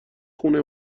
خونه